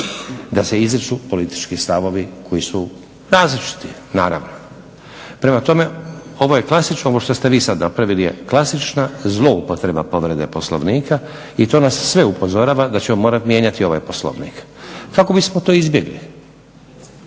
da se izriču politički stavovi koji su različiti naravno. Prema tome, ovo je klasično, ovo što ste vi sad napravili je klasična zloupotreba povrede Poslovnika i to nas sve upozorava da ćemo morati mijenjati ovaj Poslovnik kako bismo to izbjegli